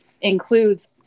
includes